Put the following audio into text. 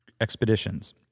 Expeditions